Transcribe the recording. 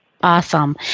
Awesome